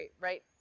Right